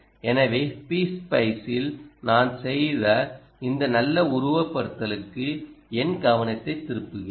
எனவே பீ ஸ்பைஸில் நான் செய்த இந்த நல்ல உருவகப்படுத்துதலுக்கு என் கவனத்தைத் திருப்புகிறேன்